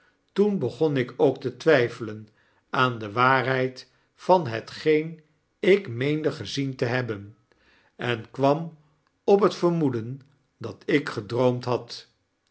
toen begon ik ook te twyfelen aan de waarheid van hetgeen ik meende gezien te een vkeeselijke nacht hebben en kwam op het vermoeden datikgedroomd had